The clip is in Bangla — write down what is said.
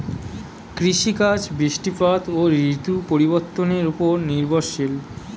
কৃষিকাজ বৃষ্টিপাত ও ঋতু পরিবর্তনের উপর নির্ভরশীল